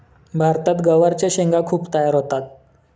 भारतात गवारच्या शेंगा खूप तयार होतात